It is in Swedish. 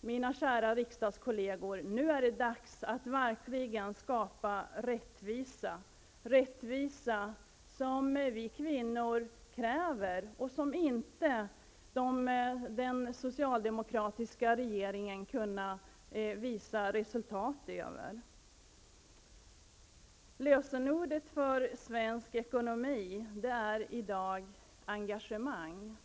mina kära riksdagskollegor, nu är det dags att verkligen skapa rättvisa. Det är rättvisa som vi kvinnor kräver och där den socialdemokratiska regeringen inte har kunnat visa något resultat. Lösenordet för svensk ekonomi är i dag engagemang.